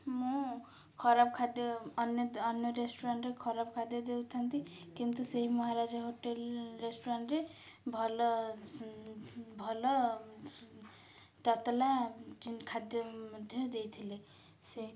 ମୁଁ ଖରାପ ଖାଦ୍ୟ ଅନ୍ୟ ତ ଅନ୍ୟ ରେଷ୍ଟୁରାଣ୍ଟରେ ଖରାପ ଖାଦ୍ୟ ଦେଉଥାନ୍ତି କିନ୍ତୁ ସେହି ମହାରାଜା ହୋଟେଲ୍ ରେଷ୍ଟୁରାଣ୍ଟରେ ଭଲ ଭଲ ତତଲା ଖାଦ୍ୟ ମଧ୍ୟ ଦେଇଥିଲେ ସେ